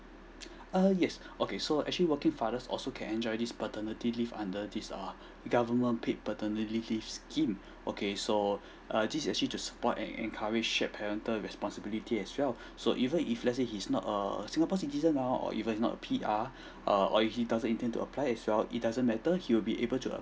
uh yes okay so actually working fathers also can enjoy this paternity leave under this err government paid paternity leave scheme okay so err this actually to support and encourage shared parental responsibility as well so even if let's say he's not a singapore citizen now or even not a P_R err or he doesn't intend to apply as well it doesn't matter he will be able to